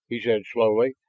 he said slowly,